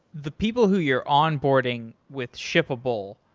the people who you're onboarding with shippable,